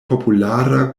populara